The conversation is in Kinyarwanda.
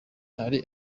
hari